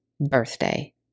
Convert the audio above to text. birthday